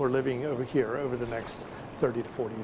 we're living over here over the next thirty to forty